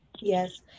Yes